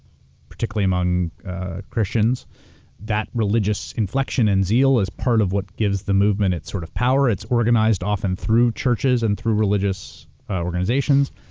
particularly among christians that religious inflection and zeal is part of what gives the movement it's sort of power, it's organized often through churches and through religious organizations.